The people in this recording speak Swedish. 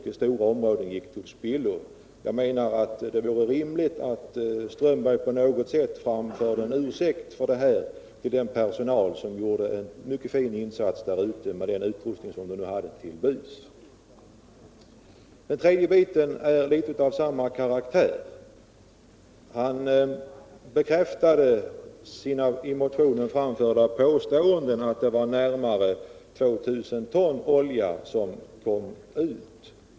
Det vore rimligt att herr Strömberg på något sätt framförde en ursäkt till den personal som gjorde en mycket fin insats där ute med den utrustning som stod till förfogande. Den tredje biten är litet grand av samma karaktär. Herr Strömberg upprepade det i motionen framförda påståendet att närmare 2 000 ton olja rann ut.